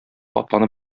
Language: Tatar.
атланып